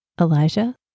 Elijah